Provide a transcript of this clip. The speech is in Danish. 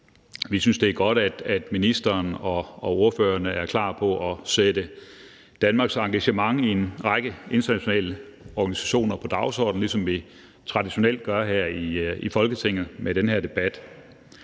Vi synes, det er godt, at ministeren og ordførerne er klar til at sætte Danmarks engagement i en række internationale organisationer på dagsordenen, ligesom vi traditionelt gør det her i Folketinget med den her debat.